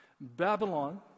Babylon